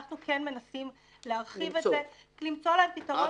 אנחנו כן מנסים להרחיב את זה כמה שניתן ולמצוא להן פתרון.